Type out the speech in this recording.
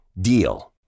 DEAL